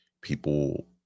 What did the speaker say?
people